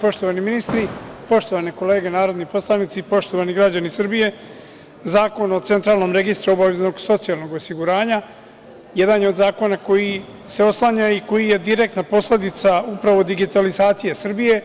Poštovani ministri, poštovane kolege narodni poslanici, poštovani građani Srbije, Zakon o Centralnom registru obaveznog socijalnog osiguranja, jedan je od zakona koji se oslanja i koji je direktna posledica upravo digitalizacije Srbije